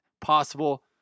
possible